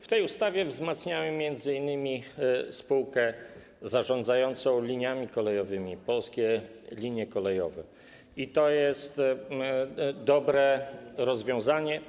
W tej ustawie wzmacniamy m.in. spółkę zarządzającą liniami kolejowymi, Polskie Linie Kolejowe, i to jest dobre rozwiązanie.